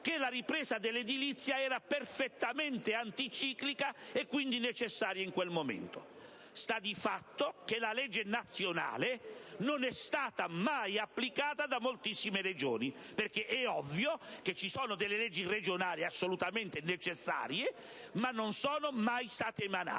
che la ripresa dell'edilizia era perfettamente anticiclica e quindi necessaria in quel momento. Sta di fatto che la legge nazionale non è stata mai applicata da moltissime Regioni, perché è ovvio che ci sono leggi regionali assolutamente necessarie, ma non sono mai state emanate.